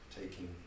taking